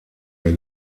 der